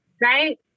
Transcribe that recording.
right